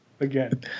again